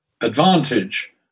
advantage